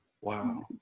Wow